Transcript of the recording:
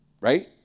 right